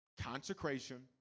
consecration